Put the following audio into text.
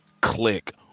click